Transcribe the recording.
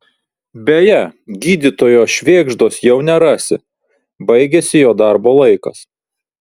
beje gydytojo švėgždos jau nerasi baigėsi jo darbo laikas